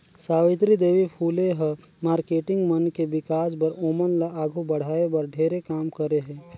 सावित्री देवी फूले ह मारकेटिंग मन के विकास बर, ओमन ल आघू बढ़ाये बर ढेरे काम करे हे